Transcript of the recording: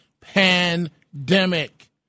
pandemic